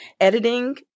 editing